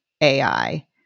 AI